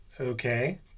Okay